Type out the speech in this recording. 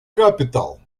capital